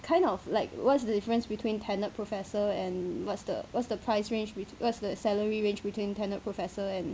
kind of like what's the difference between tenured professor and what's the what's the price range what's the salary range between tenured professor and